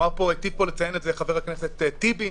היטיב פה לציין את זה חבר הכנסת טיבי,